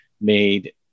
made